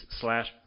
slash